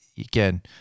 again